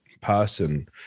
person